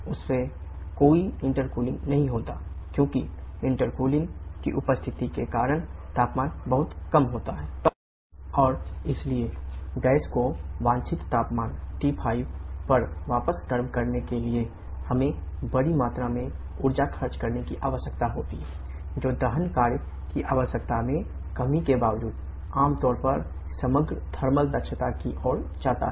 हालांकि इंटेरकूलिंग में कमी की ओर जाता है